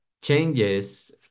changes